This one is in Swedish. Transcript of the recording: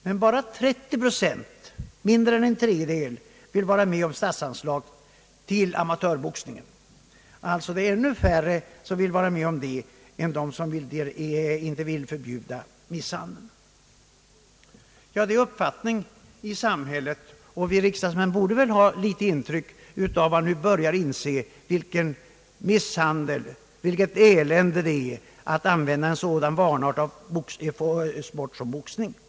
Men bara 30 procent, mindre än en tredjedel, vill vara med om statsanslag till amatörboxningen, alltså ännu färre än de som inte vill förbjuda misshandeln. Detta är uppfattningen i samhället; vi riksdagsmän borde ' därigenom ha fått ett intryck av att man nu börjar inse, vilken misshandel och vilket elände det är att tillåta en sådan vanart av sport som boxningen utgör.